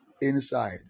inside